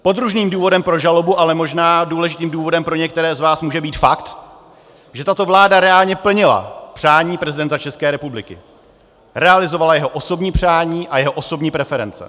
Podružným důvodem pro žalobu, ale možná důležitým důvodem pro některé z vás, může být fakt, že tato vláda reálně plnila přání prezidenta České republiky, realizovala jeho osobní přání a jeho osobní preference.